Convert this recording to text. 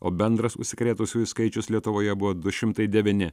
o bendras užsikrėtusiųjų skaičius lietuvoje buvo du šimtai devyni